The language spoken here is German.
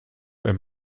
wenn